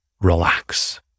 relax